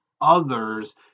others